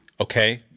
Okay